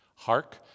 Hark